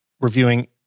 reviewing